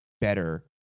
better